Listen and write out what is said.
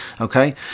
okay